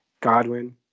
Godwin